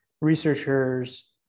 researchers